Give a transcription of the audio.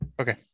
Okay